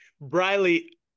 Briley